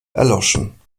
erloschen